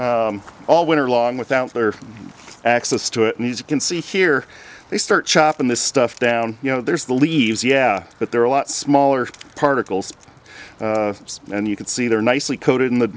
sat all winter long without their access to it news you can see here they start chopping this stuff down you know there's the leaves yeah but there are a lot smaller particles and you can see they're nicely coated in the